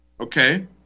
Okay